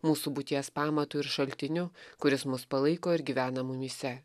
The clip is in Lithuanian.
mūsų būties pamatu ir šaltiniu kuris mus palaiko ir gyvena mumyse